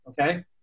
okay